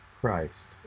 Christ